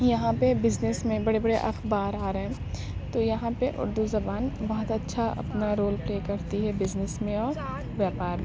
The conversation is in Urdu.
یہاں پہ بزنس میں بڑے بڑے اخبار آ رہے ہیں تو یہاں پہ اردو زبان بہت اچھا اپنا رول پلے کرتی ہے بزنس میں اور ویاپار